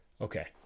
okay